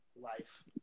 life